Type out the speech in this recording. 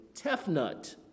Tefnut